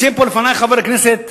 ציין פה לפני חבר הכנסת